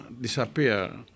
disappear